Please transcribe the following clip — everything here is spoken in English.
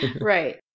Right